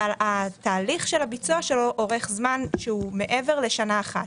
אבל התהליך של הביצוע שלו אורך זמן שהוא מעבר לשנה אחת.